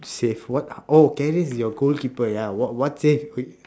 save what oh karius is your goalkeeper ya what what save are you